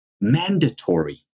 mandatory